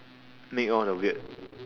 make all the weird